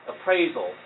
appraisal